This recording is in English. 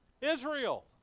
Israel